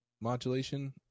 modulation